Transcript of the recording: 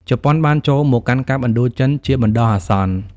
ជប៉ុនបានចូលមកកាន់កាប់ឥណ្ឌូចិនជាបណ្ដោះអាសន្ន។